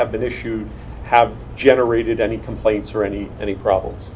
have been issued have generated any complaints or any any problems